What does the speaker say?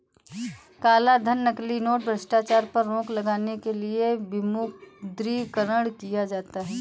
कालाधन, नकली नोट, भ्रष्टाचार पर रोक लगाने के लिए विमुद्रीकरण किया जाता है